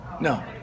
No